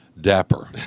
dapper